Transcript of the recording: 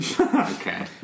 Okay